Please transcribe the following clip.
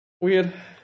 weird